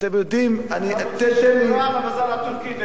אתם יודעים, למה לפגוע בבזאר הטורקי?